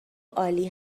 عالی